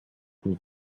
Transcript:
und